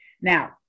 Now